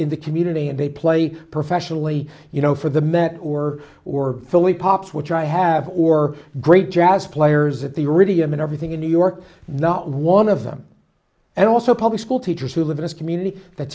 in the community and they play professionally you know for the met or or philly pops which i have or great jazz players at the already i'm in everything in new york not one of them and also public school teachers who live in a community that